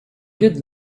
good